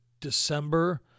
December